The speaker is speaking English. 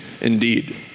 indeed